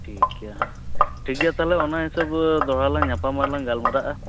ᱴᱷᱤᱠ ᱜᱮᱭᱟ ᱦᱟᱸᱜ ᱴᱷᱤᱠ ᱜᱮᱭᱟ ᱛᱟᱦᱚᱞᱮ ᱚᱱᱟ ᱦᱤᱥᱟᱹᱵ ᱫᱚᱦᱲᱟ ᱞᱟᱜ ᱧᱟᱯᱟᱢᱟ ᱟᱨ ᱞᱟᱝ ᱜᱟᱞᱢᱟᱨᱟᱜᱼᱟ